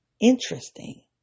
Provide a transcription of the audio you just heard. interesting